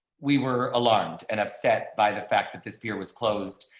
we were alarmed and upset by the fact that this year was closed.